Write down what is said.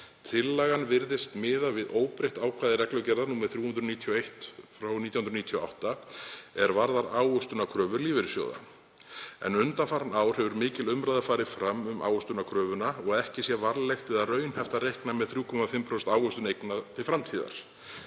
Tillagan virðist miða við óbreytt ákvæði reglugerðar nr. 391/1998 er varðar ávöxtunarkröfu lífeyrissjóða, en undanfarin ár hefur mikil umræða farið fram um ávöxtunarkröfuna og að ekki sé varlegt eða raunhæft að reikna með 3,5% ávöxtun eigna til framtíðar.